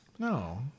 No